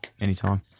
anytime